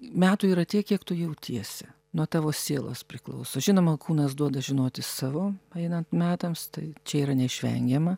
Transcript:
metų yra tiek kiek tu jautiesi nuo tavo sielos priklauso žinoma kūnas duoda žinoti savo ainant metams tai čia yra neišvengiama